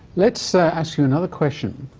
let's ask you another question,